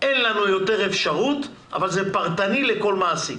אין לנו יותר אפשרות, אבל זה פרטני לכל מעסיק.